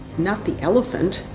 not the elephant,